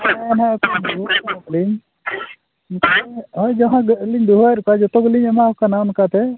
ᱦᱮᱸ ᱦᱮᱸ ᱦᱳᱭ ᱡᱚᱠᱷᱚᱱ ᱟᱹᱞᱤᱧ ᱫᱚᱦᱚᱭᱮᱜ ᱠᱚᱣᱟ ᱟᱹᱞᱤᱧ ᱡᱚᱛᱚ ᱜᱮᱞᱤᱧ ᱮᱢᱟ ᱠᱚ ᱠᱟᱱᱟ ᱚᱱᱠᱟ ᱛᱮ